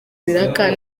ibiraka